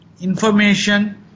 information